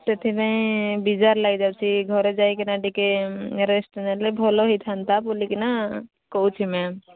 ସେଥିପାଇଁ ବିଜାର ଲାଗିଯାଉଛି ଘରେ ଯାଇକିନା ଟିକେ ରେଷ୍ଟ୍ ନେଲେ ଭଲ ହେଇଥାନ୍ତା ବୋଲିକିନା କହୁଛି ମ୍ୟାମ୍